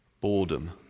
boredom